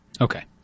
Okay